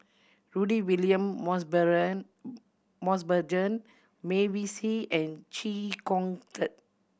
Rudy William Mosbergen Mavis and Chee Kong Tet